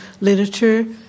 literature